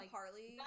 Harley